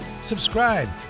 Subscribe